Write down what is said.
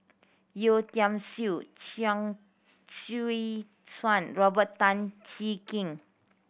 Yeo Tiam Siew Chuang Hui Tsuan Robert Tan Jee Keng